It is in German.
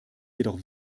jedoch